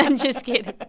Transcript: and just kidding